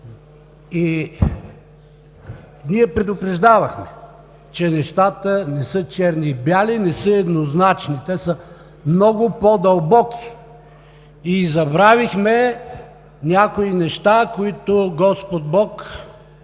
Ние предупреждавахме, че нещата не са черни и бели, не са еднозначни, те са много по-дълбоки. Забравихме някои неща, които Господ Бог